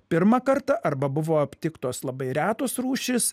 pirmą kartą arba buvo aptiktos labai retos rūšys